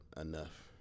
enough